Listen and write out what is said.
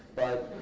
but